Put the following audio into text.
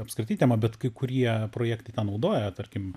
apskritai tema bet kai kurie projektai tą naudoja tarkim